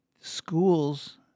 schools